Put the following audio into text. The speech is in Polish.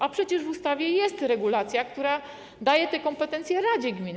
A przecież w ustawie jest regulacja, która daje te kompetencje radzie gminy.